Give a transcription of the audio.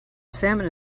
salmon